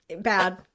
bad